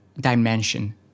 dimension